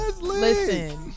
listen